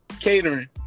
catering